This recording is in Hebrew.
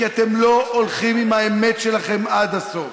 כי אתם לא הולכים עם האמת שלכם עד הסוף.